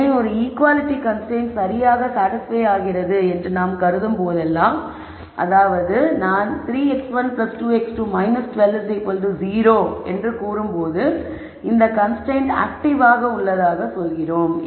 எனவே ஒரு equality constraints சரியாக சாடிஸ்பய் ஆகிறது என்று நாம் கருதும் போதெல்லாம் அதாவது நான் 3 x1 2 x2 12 0 என்று கூறும்போது இந்த கன்ஸ்ரைன்ட் ஆக்டிவாக உள்ளதாக சொல்கிறோம்